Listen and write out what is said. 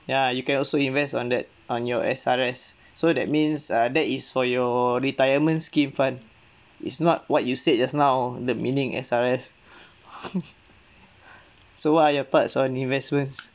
ya you can also invest on that on your S_R_S so that means uh that is for your retirement scheme fund is not what you said just now the meaning S_R_S so what are your thoughts on investments